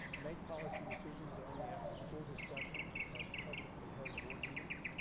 make policy decisions only after full discussion at publicly held board meetings.